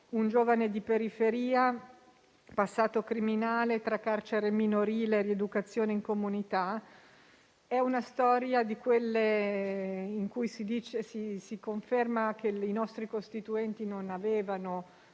un giovane di periferia, con un passato criminale tra carcere minorile e rieducazione in comunità. È una storia di quelle in cui si conferma che i nostri Costituenti non avevano